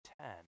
ten